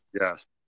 Yes